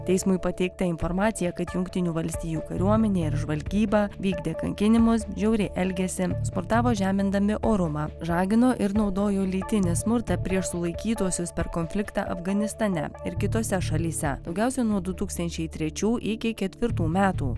teismui pateikta informacija kad jungtinių valstijų kariuomenė ir žvalgyba vykdė kankinimus žiauriai elgėsi smurtavo žemindami orumą žagino ir naudojo lytinį smurtą prieš sulaikytuosius per konfliktą afganistane ir kitose šalyse daugiausiai nuo du tūkstančiai trečių iki ketvirtų metų